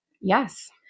yes